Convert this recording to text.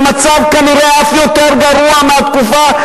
כנראה במצב אף יותר גרוע מהמצב בתקופה,